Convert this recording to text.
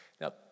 Now